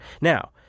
Now